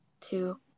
two